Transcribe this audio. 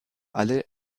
alle